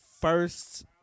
first